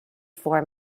for